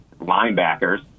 linebackers